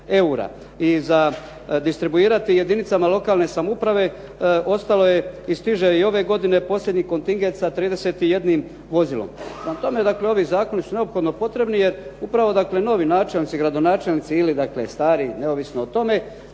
I za distribuirati jedinicama lokalne samouprave ostalo je i stiže i ove godine posljednji kontingent sa 31 vozilom. Prema tome, dakle, ovi zakoni su neophodno potrebni jer upravo dakle, novi načelnici, gradonačelnici ili dakle stari neovisno o tome